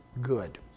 good